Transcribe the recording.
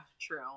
true